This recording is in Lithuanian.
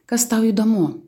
kas tau įdomu